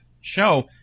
show